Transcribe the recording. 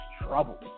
trouble